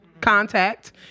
contact